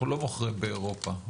אנחנו לא מוכרים באירופה.